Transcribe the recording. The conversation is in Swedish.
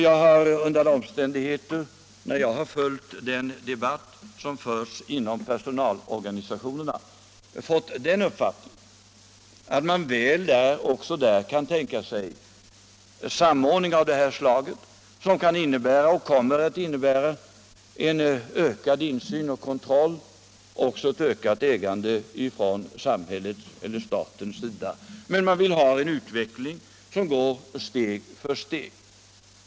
Jag har under alla omständigheter, när jag följt den debatt som förs inom personalorganisationerna, fått den upfattningen att man också där väl kan tänka sig en samordning av det här slaget, som kan innebära och kommer att innebära en ökad insyn och kontroll och ett ökat ägande från samhällets eller statens sida. Men man vill ha en utveckling som går steg för steg.